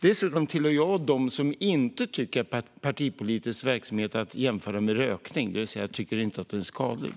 Jag tillhör dessutom dem som inte tycker att partipolitisk verksamhet är att jämföra med rökning, det vill säga jag tycker inte att den är skadlig.